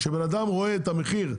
כשאדם רואה את המחיר,